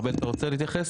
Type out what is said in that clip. ארבל, אתה רוצה להתייחס?